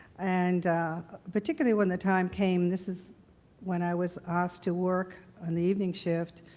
and particularly when the time came, this is when i was asked to work on the evening shift,